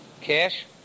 cash